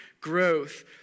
growth